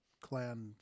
clan